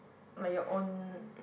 but your own